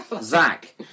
Zach